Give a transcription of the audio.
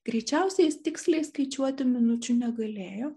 greičiausiai jis tiksliai skaičiuoti minučių negalėjo